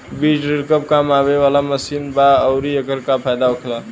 बीज ड्रील कब काम आवे वाला मशीन बा आऊर एकर का फायदा होखेला?